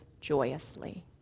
joyously